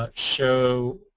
ah show